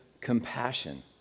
compassion